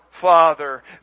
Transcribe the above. father